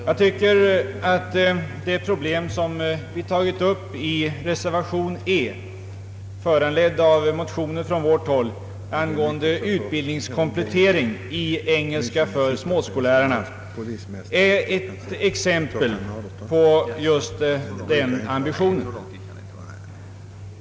Jag tycker att det problem som vi har tagit upp i reservationen vid punkten 24, föranledd av motioner från vårt håll, angående utbildningskomplettering i engelska för småskollärarna är ett exempel på just den ambitionen.